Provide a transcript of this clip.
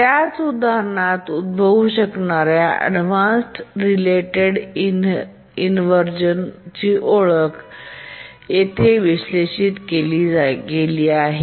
त्याच उदाहरणात उद्भवू शकणा या अव्हॉईडन्स रिलेटेड इन्व्हरझन ओळख येथे विश्लेषित केली गेली आहे